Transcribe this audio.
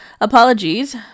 apologies